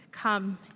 Come